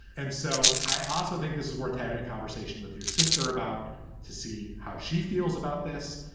and so i also think this is worth having a conversation with your sister about to see how she feels about this,